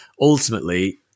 ultimately